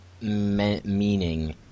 meaning